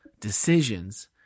decisions